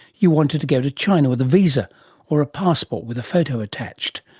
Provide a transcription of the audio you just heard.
you want to to go to china with a visa or a passport with a photo attached.